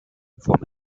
vom